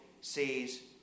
sees